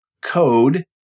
code